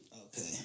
Okay